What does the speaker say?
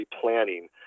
planning